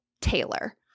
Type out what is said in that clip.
Taylor